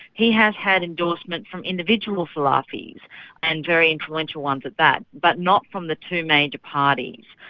he has had endorsement from individual salafis and very influential ones at that, but not from the two major parties.